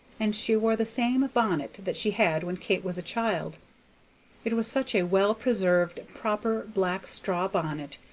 and she wore the same bonnet that she had when kate was a child it was such a well-preserved, proper black straw bonnet,